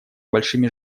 большими